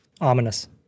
Ominous